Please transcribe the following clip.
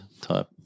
type